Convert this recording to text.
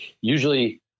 usually